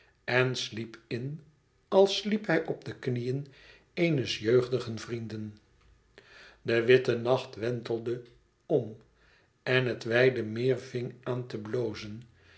en sliep in als sliep hij op de knieën eens jeugdigen vrienden de witte nacht wentelde om en het wijde meer ving aan te blozen